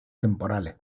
temporales